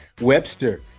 Webster